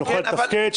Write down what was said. שנוכל לתפקד,